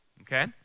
Okay